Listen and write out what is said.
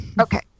okay